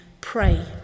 pray